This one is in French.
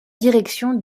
direction